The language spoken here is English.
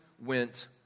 went